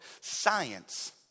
science